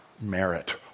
merit